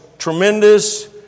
Tremendous